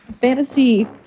fantasy